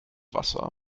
wasser